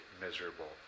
miserable